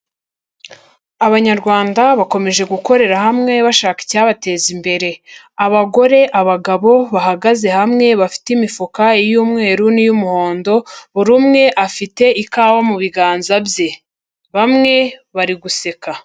Abanyarwanda bakomeje gukorera hamwe bashaka icyabateza imbere. Abagore, abagabo bahagaze hamwe bafite imifuka iy'umweru n'iy'umuhondo, buri umwe afite ikawa mu biganza bye, bamwe bari guseka.